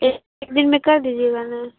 ایک ایک دن میں کر دیجیے گا نا